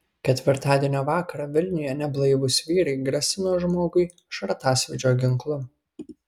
ketvirtadienio vakarą vilniuje neblaivūs vyrai grasino žmogui šratasvydžio ginklu